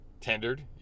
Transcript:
tendered